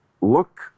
look